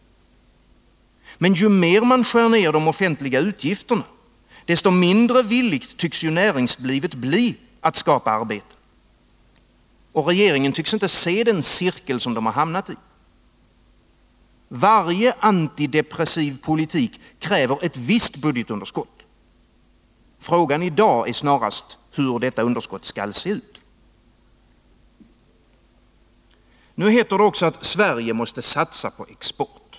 Men ju mer man skär ned på de offentliga utgifterna, desto mindre villigt tycks näringslivet bli att skapa arbete. Regeringen tycks inte se den cirkel man har hamnat i. Varje antidepressiv politik kräver ett visst budgetunderskott. Frågan är i dag snarast hur detta underskott skall se ut. Nu heter det också att Sverige måste satsa på export.